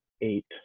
eight